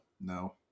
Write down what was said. no